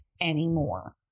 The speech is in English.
anymore